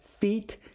feet